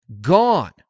gone